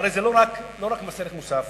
הרי זה לא רק מס ערך מוסף